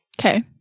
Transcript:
Okay